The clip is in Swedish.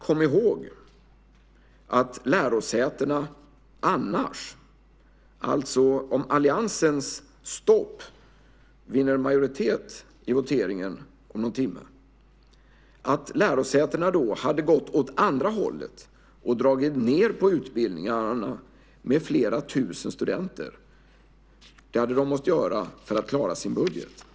Kom ihåg att lärosätena annars, alltså om alliansens stopp skulle vinna majoritet i voteringen om någon timme, hade gått åt andra hållet och dragit ned på utbildningarna med flera tusen studenter. Det hade de måst göra för att klara sin budget.